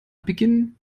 beginnen